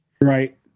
Right